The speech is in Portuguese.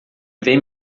vem